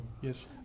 Yes